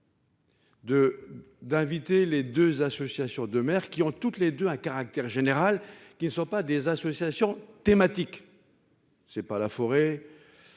d'inviter les 2 associations de maires qui ont toutes les deux à caractère général qui ne sont pas des associations thématiques. C'est pas la forêt.